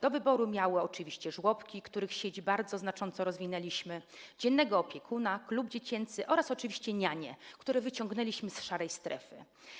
Do wyboru miały oczywiście żłobki, których sieć bardzo znacząco rozwinęliśmy, dziennego opiekuna, klub dziecięcy oraz oczywiście nianie, które wyciągnęliśmy z szarej strefy.